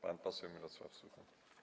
Pan poseł Mirosław Suchoń.